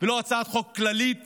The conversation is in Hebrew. ולא הצעת חוק כללית